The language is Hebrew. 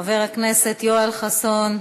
חבר הכנסת יואל חסון,